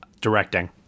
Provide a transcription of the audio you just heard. directing